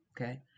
Okay